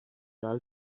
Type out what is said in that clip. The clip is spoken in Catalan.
del